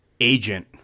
Agent